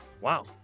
Wow